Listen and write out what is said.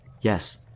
Yes